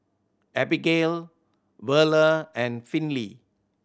Abbigail Verla and Finley